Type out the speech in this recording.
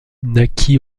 naquit